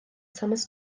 thomas